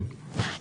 כן.